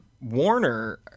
Warner